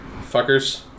Fuckers